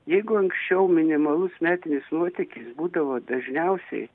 jeigu anksčiau minimalus metinis nuotėkis būdavo dažniausiai